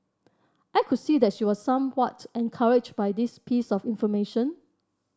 I could see that she was somewhat encouraged by this piece of information